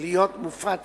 להיות מופץ